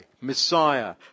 Messiah